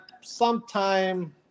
sometime